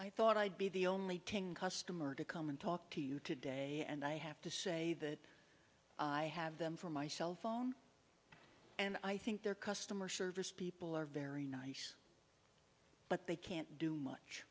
i thought i'd be the only customer to come and talk to you today and i have to say that i have them from my cell phone and i think their customer service people are very nice but they can't do much